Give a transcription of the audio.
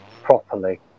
properly